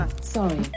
Sorry